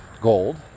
gold